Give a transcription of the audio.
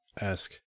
ask